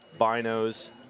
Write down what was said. binos